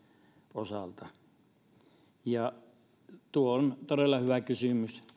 osalta tuo on todella hyvä kysymys